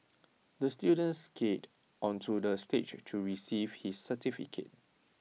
the student skated onto the stage to receive his certificate